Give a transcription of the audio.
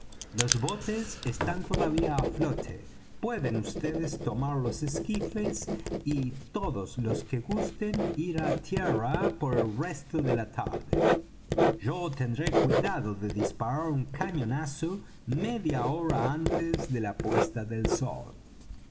los botes están todavía á flote pueden vds tomar los esquifes y todos los que gusten ir á tierra por el resto de la tarde yo tendré cuidado de disparar un cañonazo media hora antes de la puesta del sol